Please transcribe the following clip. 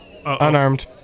Unarmed